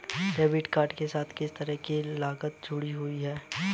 Debit card के साथ किस तरह की लागतें जुड़ी हुई हैं?